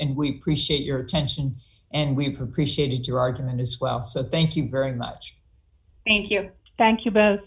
we appreciate your attention and we appreciated your argument as well so thank you very much thank you thank you